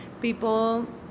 People